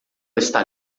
está